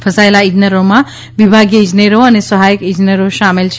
ફસાયેલા ઇજનેરોમાં વિભાગીય ઇજનેરી અને સહાયક ઇજનેરી શામેલ છે